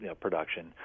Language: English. production